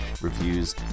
reviews